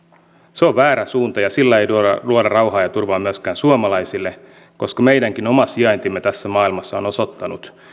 se on väärä suunta ja sillä ei luoda luoda rauhaa ja ja turvaa myöskään suomalaisille koska meidänkin oma sijaintimme tässä maailmassa on osoittanut